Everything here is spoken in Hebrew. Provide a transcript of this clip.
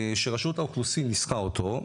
שרשות האוכלוסין ניסחה אותו,